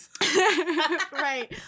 right